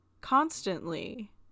Constantly